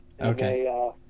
Okay